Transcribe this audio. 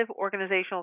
organizational